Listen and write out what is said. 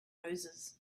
roses